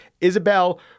Isabel